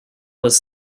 was